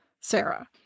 Sarah